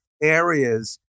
areas